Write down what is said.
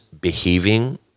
behaving